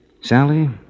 Sally